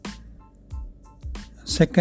Second